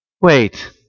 Wait